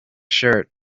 shirt